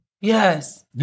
Yes